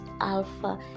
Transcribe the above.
Alpha